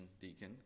deacon